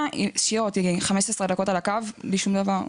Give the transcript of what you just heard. והשאירה אותי 15 דק' על הקו בלי שום דבר.